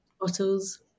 bottles